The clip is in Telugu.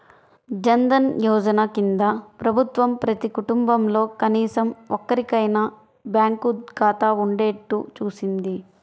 జన్ ధన్ యోజన కింద ప్రభుత్వం ప్రతి కుటుంబంలో కనీసం ఒక్కరికైనా బ్యాంకు ఖాతా ఉండేట్టు చూసింది